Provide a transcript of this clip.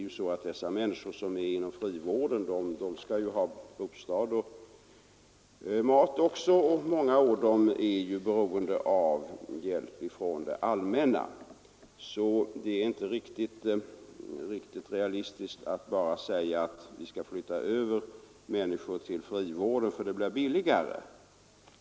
Också människorna inom frivården skall ju ha bostad och mat, och många av dem är beroende av hjälp från det allmänna. Det är alltså inte realistiskt att bara kräva att människor skall flyttas över till frivården därför att detta blir billigare.